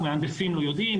מהנדסים לא יודעים,